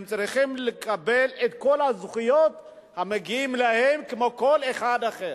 הם צריכים לקבל את כל הזכויות המגיעות להם כמו כל אחד אחר.